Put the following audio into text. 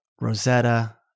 Rosetta